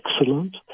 excellent